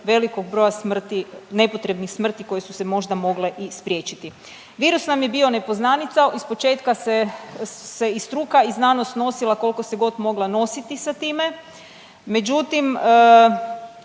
velikog broja smrti, nepotrebnih smrti koje su se možda mogle i spriječiti. Virus nam je bio nepoznanica, ispočetka se i struka i znanost nosila koliko se god mogla nositi sa time. Međutim,